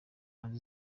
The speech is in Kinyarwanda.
hanze